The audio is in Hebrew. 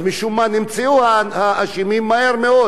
משום מה נמצאו האשמים מהר מאוד.